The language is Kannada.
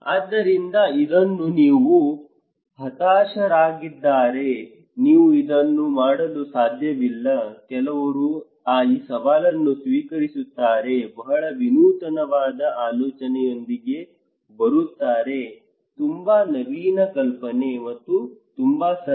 ಹಾಗಾದರೆ ಇನ್ನೇನು ನೀವು ಹತಾಶರಾಗಿದ್ದೀರಾ ನಾವು ಏನನ್ನೂ ಮಾಡಲು ಸಾಧ್ಯವಿಲ್ಲ ಕೆಲವರು ಆ ಸವಾಲನ್ನು ಸ್ವೀಕರಿಸುತ್ತಾರೆ ಬಹಳ ವಿನೂತನವಾದ ಆಲೋಚನೆಯೊಂದಿಗೆ ಬರುತ್ತಾರೆ ತುಂಬಾ ನವೀನ ಕಲ್ಪನೆ ಮತ್ತು ತುಂಬಾ ಸರಳ